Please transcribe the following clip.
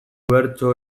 bertso